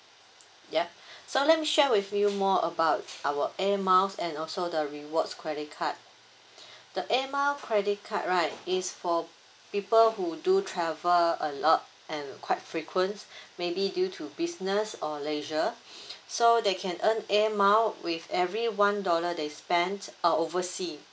yea so let me share with you more about our Air Miles and also the rewards credit card the Air miles credit card right is for people who do travel a lot and quite frequent maybe due to business or leisure so they can earn Air miles with every one dollar they spent on overseas